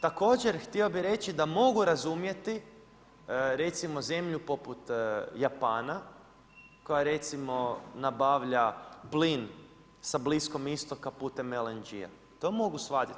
Također, htio bi reći, da mogu razumjeti, recimo zemlju poput Japana, koja recimo nabavlja plin sa Bliskog istoka putem LNG-a, to mogu shvatiti.